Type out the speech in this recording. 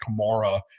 Kamara